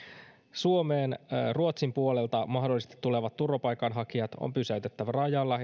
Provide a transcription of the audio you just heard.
suomeen ruotsin puolelta mahdollisesti tulevat turvapaikanhakijat on pysäytettävä rajalla